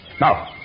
Now